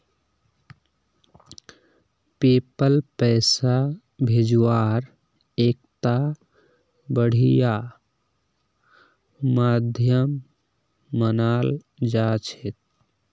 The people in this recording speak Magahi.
पेपल पैसा भेजवार एकता बढ़िया माध्यम मानाल जा छेक